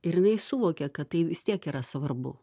ir jinai suvokė kad tai vis tiek yra svarbu